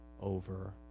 over